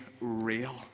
real